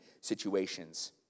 situations